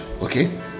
okay